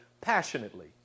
passionately